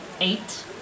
Eight